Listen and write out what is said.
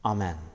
Amen